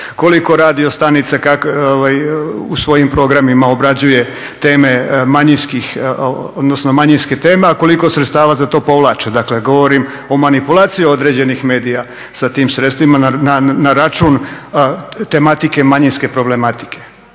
koliko radio stanica u svojim programima obrađuje teme manjinskih, odnosno manjinske teme, a koliko sredstava za to povlače. Dakle, govorim o manipulaciji određenih medija sa tim sredstvima na račun tematike manjinske problematike.